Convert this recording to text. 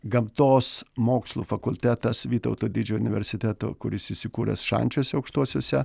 gamtos mokslų fakultetas vytauto didžiojo universiteto kuris įsikūręs šančiuose aukštuosiuose